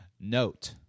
Note